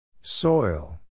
Soil